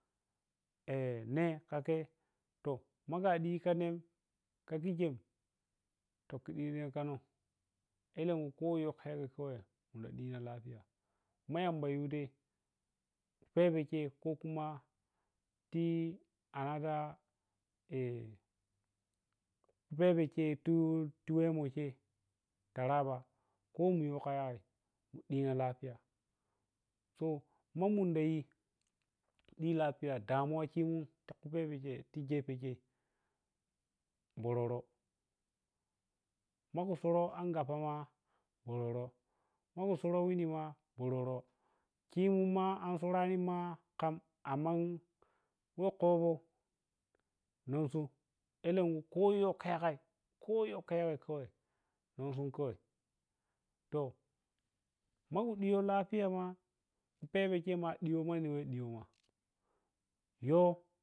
Eh ne ka ke to maka si kanen ka kicen to pidi min banou elenkui koyoka yagai kawi mundi dina tafiya ma yamba yudai ku pebhe cheiko kuma ti another ku pebhe chei tiwemo chei taraba ko mun yowka yagai mun ɗina dapiya to ma nunda yi di lapiya damuwa chimun tigy pehe chei ti gefe chei bororo, makun suro angappama bororo mekun suro wunima bororo chinun ma an surani ma kam amman we kobou nunsum elen kui koyoka yagai koroka yagai kawn ninsun kawai to maku diyo lafiya kuma ku pebhe vhei diyo manni weh diyoma yow.